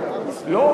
לא,